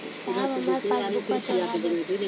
साहब हमार पासबुकवा चढ़ा देब?